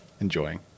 enjoying